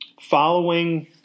Following